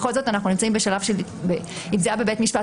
בכל זאת אנחנו נמצאים בשלב אם זה היה בבית משפט